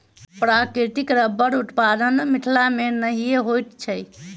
प्राकृतिक रबड़क उत्पादन मिथिला मे नहिये होइत छै